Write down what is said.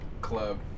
Club